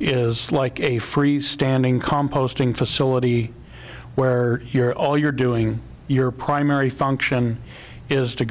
is like a freestanding composting facility where you're all you're doing your primary function is to